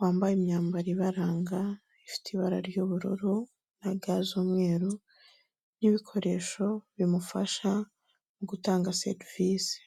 wambaye imyambaro ibaranga, ifite ibara ry'ubururu na ga z'umweru, n'ibikoresho bimufasha mu gutanga serivisi.